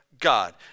God